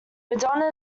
madonna